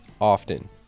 often